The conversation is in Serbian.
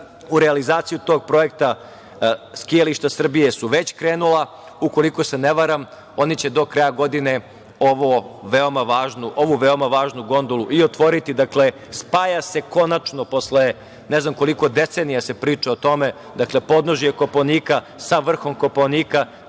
U realizaciju tog projekta „Skijališta Srbije“ su već krenula, ukoliko se ne varam, oni će do kraja godine ovu veoma važnu gondolu i otvoriti. Dakle, spaja se, konačno, posle, ne znam koliko decenija se priča o tome, dakle, podnožje Kopaonika sa vrhom Kopaonika